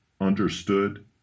understood